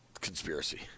conspiracy